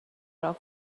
راه